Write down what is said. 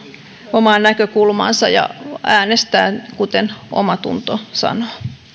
omaa näkökulmaansa ja äänestää kuten omatunto sanoo